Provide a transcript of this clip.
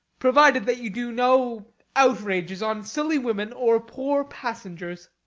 provided that you do no outrages on silly women or poor passengers.